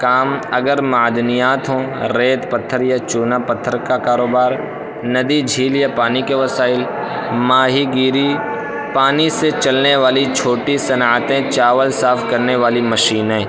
کام اگر معدنیات ہوں ریت پتھر یا چونا پتھر کا کاروبار ندی جھیل یا پانی کے وسائل ماہی گیری پانی سے چلنے والی چھوٹی صنعتیں چاول صاف کرنے والی مشینیں